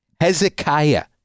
Hezekiah